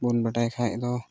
ᱵᱟᱹᱧ ᱵᱟᱲᱟᱭ ᱠᱷᱟᱡ ᱫᱚ